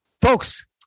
Folks